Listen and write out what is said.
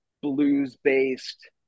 blues-based